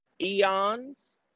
eons